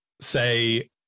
say